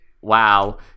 wow